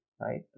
right